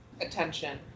attention